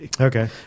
Okay